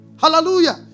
Hallelujah